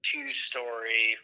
two-story